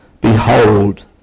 Behold